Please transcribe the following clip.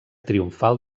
triomfal